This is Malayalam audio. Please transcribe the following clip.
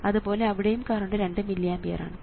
അതുപോലെ അവിടെയും കറണ്ട് 2 മില്ലി ആമ്പിയർ ആണ്